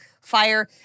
fire